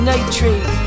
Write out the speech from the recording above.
Nitrate